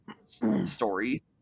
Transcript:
story